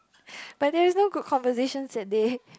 but there is no good conversations that day